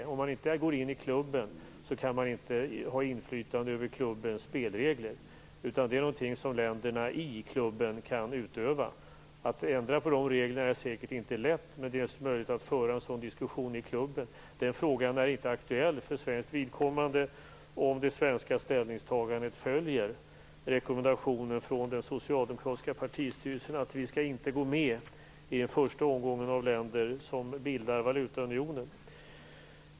Om man inte går in i klubben kan man inte ha inflytande över klubbens spelregler. Det är någonting som länderna i klubben kan utöva. Att ändra på de reglerna är säkert inte lätt, men det ges möjlighet att föra en sådan diskussion i klubben. Den frågan är inte aktuell för svenskt vidkommande om det svenska ställningstagandet följer rekommendationen från den socialdemokratiska partistyrelsen, nämligen att vi inte skall vara med i den första omgången av länder som bildar valutaunionen.